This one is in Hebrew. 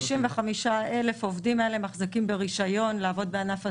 55,000 העובדים האלה מחזיקים ברישיון לעבוד בענף הסיעוד,